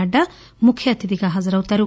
నడ్డా ముఖ్యఅతిథిగా హాజరవుతారు